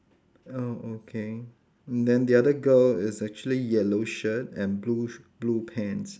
oh okay then the other girl is actually yellow shirt and blue sh~ blue pants